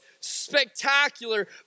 spectacular